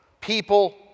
People